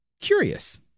Curious